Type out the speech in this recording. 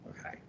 Okay